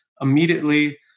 immediately